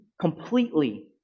completely